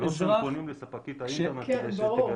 לא שהם פונים לספקית האינטרנט כדי שתגלה להם.